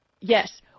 Yes